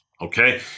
Okay